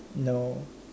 no